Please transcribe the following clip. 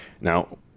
Now